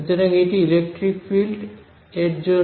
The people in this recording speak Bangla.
সুতরাং এটি ইলেকট্রিক ফিল্ড এর জন্য